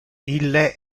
ille